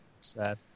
Sad